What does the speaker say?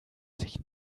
sich